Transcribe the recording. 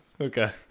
Okay